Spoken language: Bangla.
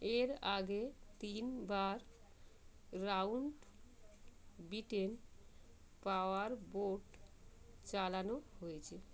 এর আগে তিনবার রাউন্ড বিটেন পাওয়ারবোট চালানো হয়েছে